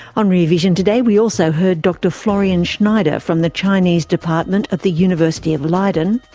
on rear vision today we also heard dr florian schneider from the chinese department at the university of leiden,